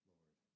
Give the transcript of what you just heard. Lord